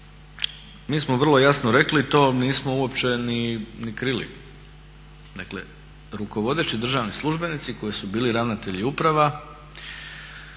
mi smo vrlo jasno rekli to nismo uopće ni krili. Dakle rukovodeći državni službenici koji su bili ravnatelji uprava